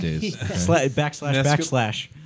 Backslash